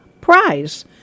prize